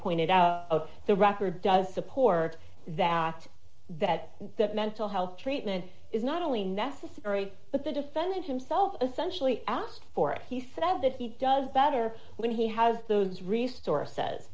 pointed out the record does support that that that mental health treatment is not only necessary but the defendant himself essentially asked for it he said that he does better when he has those resources